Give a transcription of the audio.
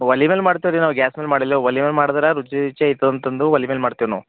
ಒಲಿ ಮೇಲೆ ಮಾಡ್ತೇವೆ ರೀ ನಾವು ಗ್ಯಾಸ್ ಮೇಲೆ ಮಾಡಿಲ್ಲ ಒಲಿ ಮೇಲೆ ಮಾಡಿದ್ರ ರುಚಿ ರುಚಿ ಇರ್ತದ ಅಂತಂದು ಒಲಿ ಮೇಲೆ ಮಾಡ್ತೀವಿ ನಾವು